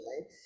right